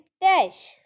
dash